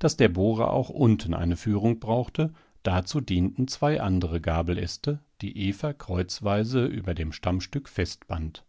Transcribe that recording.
daß der bohrer auch unten eine führung brauchte dazu dienten zwei andere gabeläste die eva kreuzweise über dem stammstück festband